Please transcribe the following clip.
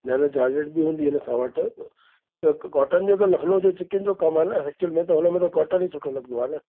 न न झारझटु बि हुंदियूं आइन असां वटु त कॉटन जो त लखनऊ जो चिकिन जो कमु आहिनि एक्चुल में त हुनमें त कॉटन ई सुठो लॻिदो आहे न